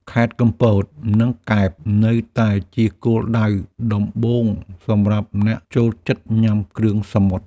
ខេត្តកំពត និងកែប នៅតែជាគោលដៅដំបូងសម្រាប់អ្នកចូលចិត្តញ៉ាំគ្រឿងសមុទ្រ។